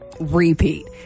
repeat